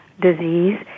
disease